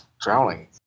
Drowning